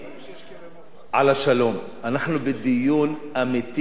אנחנו בדיון אמיתי על עתיד בנינו,